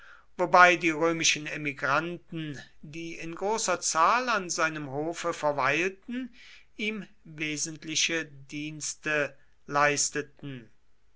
wobei die römischen emigranten die in großer zahl an seinem hofe verweilten ihm wesentliche dienste leisteten